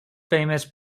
famous